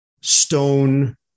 stone